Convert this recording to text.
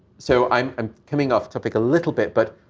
so i'm i'm coming off topic a little bit, but